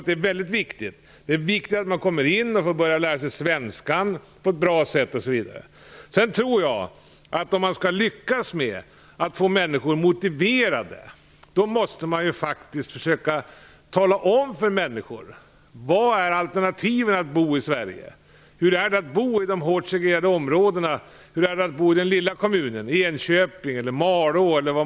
Det är viktigt att man kommer in i samhället och får lära sig svenska. Om man skall lyckas med att få människor motiverade måste man tala om för dem vad det finns för alternativ när det gäller att bo i Sverige, hur det är att bo i de hårt segregerade områdena eller i små kommuner såsom t.ex. Enköping och Malå.